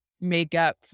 makeup